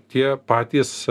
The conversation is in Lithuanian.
tie patys